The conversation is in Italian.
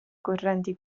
correnti